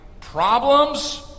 problems